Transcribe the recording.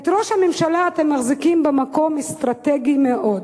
את ראש הממשלה אתם מחזיקים במקום אסטרטגי מאוד,